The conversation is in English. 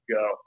go